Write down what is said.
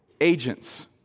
agents